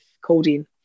Codeine